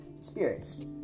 Spirits